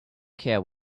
care